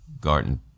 garden